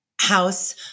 house